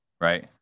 right